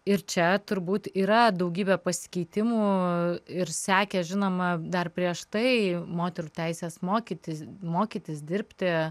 ir čia turbūt yra daugybė pasikeitimų ir sekė žinoma dar prieš tai moterų teisės mokytis mokytis dirbti